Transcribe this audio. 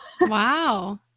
wow